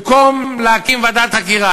במקום להקים ועדת חקירה,